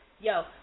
Yo